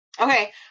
Okay